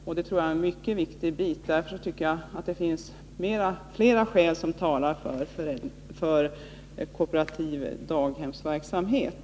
Detta tror jag är mycket viktigt, och därför tycker jag att det finns flera skäl som talar för kooperativ daghemsverksamhet.